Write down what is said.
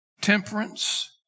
temperance